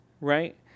right